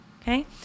Okay